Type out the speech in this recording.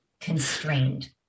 constrained